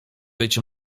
być